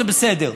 זה בסדר,